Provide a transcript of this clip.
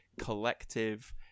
collective